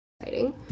exciting